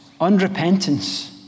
unrepentance